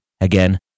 Again